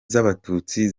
z’abatutsi